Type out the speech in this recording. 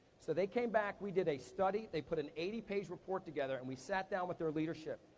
so, they came back, we did a study. they put an eighty page report together, and we sat down with their leadership.